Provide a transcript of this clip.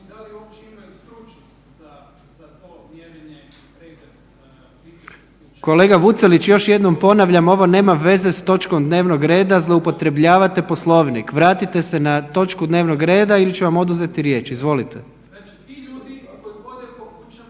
uključen/… **Jandroković, Gordan (HDZ)** Kolega Vucelić, još jednom ponavljam, ovo nema veze s točkom dnevnog reda, zloupotrebljavate Poslovnik, vratite se na točku dnevnog reda ili ću vam oduzeti riječ, izvolite. **Vucelić, Damjan